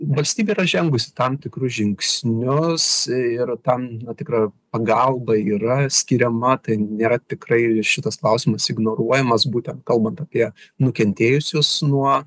valstybė yra žengusi tam tikrus žingsnius ir tam tikra pagalba yra skiriama tai nėra tikrai šitas klausimas ignoruojamas būtent kalbant apie nukentėjusius nuo